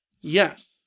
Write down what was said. Yes